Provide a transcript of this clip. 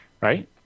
Right